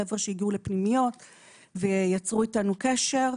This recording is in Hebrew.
חבר'ה שהגיעו לפנימיות ויצרו איתנו קשר.